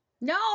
no